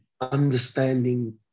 understanding